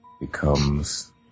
becomes